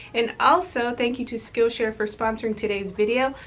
and also thank you to skillshare for sponsoring today's video.